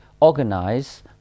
organize